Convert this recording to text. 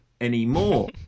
Anymore